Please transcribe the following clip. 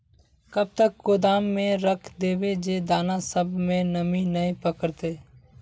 कब तक गोदाम में रख देबे जे दाना सब में नमी नय पकड़ते?